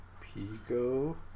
Pico